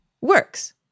works